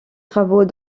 travaux